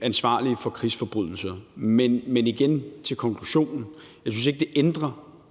ansvarlige for krigsforbrydelser. Men igen vil jeg sige som konklusion, at det ikke ændrer